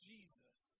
Jesus